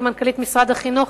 כמנכ"לית משרד החינוך,